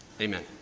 Amen